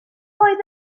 oedd